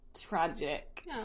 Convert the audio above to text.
Tragic